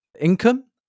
income